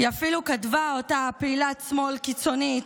היא אפילו כתבה, אותה פעילת שמאל קיצונית,